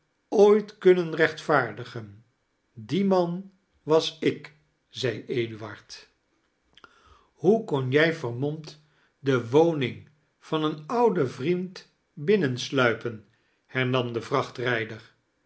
ooit kunnen rechtvaardigen die man was ik zei eduard hoe kon jij vermomd de woning van een ouden vriend binnensluipiein hernam de